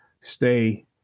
stay